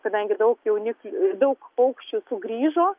kadangi daug jaunikl daug paukščių sugrįžo